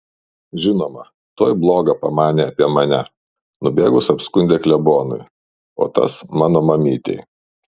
žinoma tuoj bloga pamanė apie mane nubėgus apskundė klebonui o tas mano mamytei